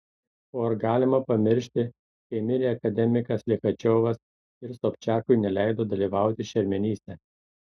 o ar galima pamiršti kai mirė akademikas lichačiovas ir sobčiakui neleido dalyvauti šermenyse